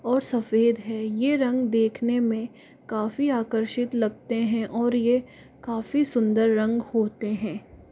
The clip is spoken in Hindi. और सफ़ेद है ये रंग देखने में काफ़ी आकर्षित लगते हैं और ये काफ़ी सुंदर रंग होते हैं